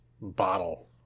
bottle